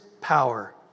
power